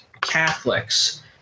Catholics